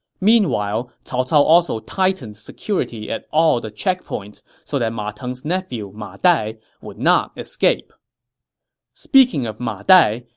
meanwhile, cao cao also tightened security at all the checkpoints so that ma teng's nephew ma dai would not escape speaking of ma dai,